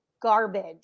garbage